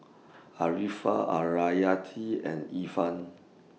Arifa and Irfan